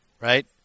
Right